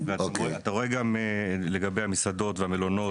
אתה רואה גם לגבי המסעדות, המלונות